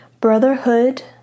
Brotherhood